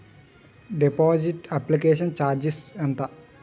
Deposit application charges ఎంత?